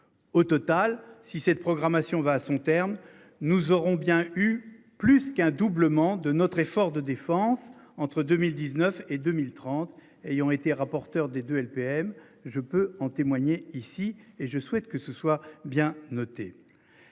Au total, si cette programmation va à son terme, nous aurons bien eu plus qu'un doublement de notre effort de défense entre 2019 et 2030 ayant été rapporteur des 2 LPM je peux en témoigner ici et je souhaite que ce soit bien noté.